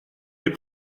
les